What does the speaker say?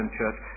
church